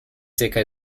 zirka